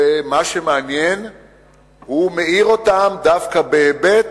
מה שמעניין הוא שהוא מעיר אותם דווקא בהיבט